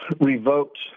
revoked